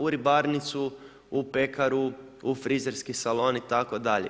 U ribarnicu, u pekaru, u frizerski salon itd.